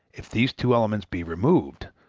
if these two elements be removed,